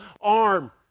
arm